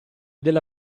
della